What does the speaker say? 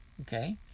Okay